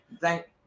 Thank